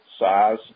size